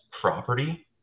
property